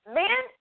man